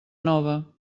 nova